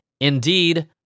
indeed